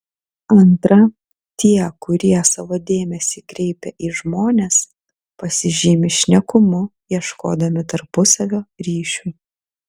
antra tie kurie savo dėmesį kreipia į žmones pasižymi šnekumu ieškodami tarpusavio ryšių